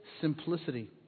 simplicity